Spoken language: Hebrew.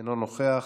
אינו נוכח.